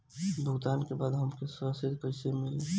भुगतान के बाद हमके रसीद कईसे मिली?